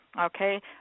Okay